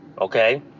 okay